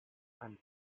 and